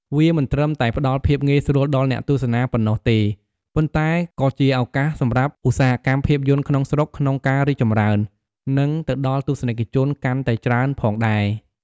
វាមិនត្រឹមតែផ្ដល់ភាពងាយស្រួលដល់អ្នកទស្សនាប៉ុណ្ណោះទេ ប៉ុន្តែក៏ជាឱកាសសម្រាប់ឧស្សាហកម្មភាពយន្តក្នុងស្រុកក្នុងការរីកចម្រើន និងទៅដល់ទស្សនិកជនកាន់តែច្រើនផងដែរ។